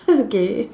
okay